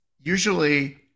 Usually